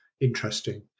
interesting